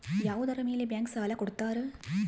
ಯಾವುದರ ಮೇಲೆ ಬ್ಯಾಂಕ್ ಸಾಲ ಕೊಡ್ತಾರ?